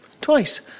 Twice